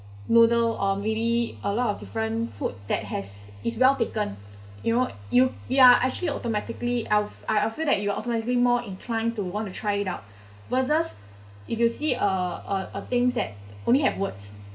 noodle or maybe a lot of different food that has is well taken you know you ya actually automatically I'll fe~ I'll feel that you are automatically more incline to want to try it out versus if you see a a a things that only have words